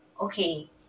okay